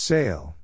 Sale